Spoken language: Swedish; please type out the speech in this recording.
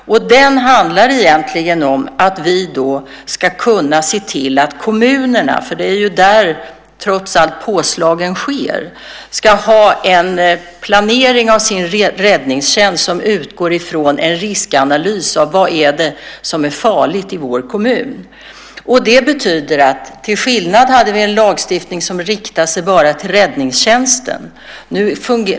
Den handlar egentligen om att vi ska kunna se till att kommunerna - det är trots allt där påslagen sker - ska ha en planering av sin räddningstjänst som utgår ifrån en riskanalys av vad som är farligt i respektive kommun. Tidigare hade vi en lagstiftning som riktade sig bara till räddningstjänsten.